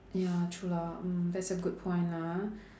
ya true lah mm that's a good point lah ah